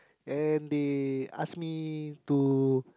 and they ask me to